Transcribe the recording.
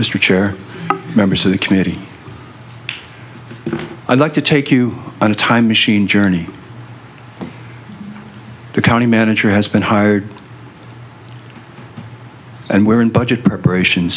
researcher members of the community i'd like to take you on a time machine journey the county manager has been hired and we're in budget perpetrations